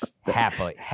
happily